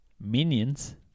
Minions